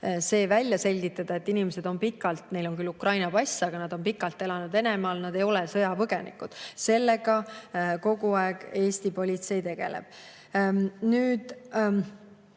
välja selgitada, et inimestel on küll Ukraina pass, aga nad on pikalt elanud Venemaal, siis nad ei ole sõjapõgenikud. Sellega kogu aeg Eesti politsei tegeleb. Nüüd